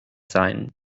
sein